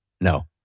No